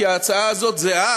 כי ההצעה הזאת זהה